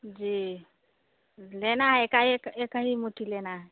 जी लेना है एकाएक एक ही मुट्ठी लेना है